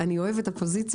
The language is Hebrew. אני אוהבת אופוזיציה,